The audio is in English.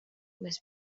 was